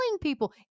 people